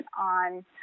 on